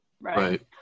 right